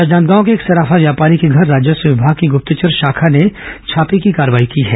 राजनांदगांव के एक सराफा व्यापारी के घर राजस्व विभाग की ग्प्तचर शाखा ने छापे की कार्रवाई की है